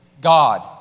God